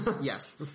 Yes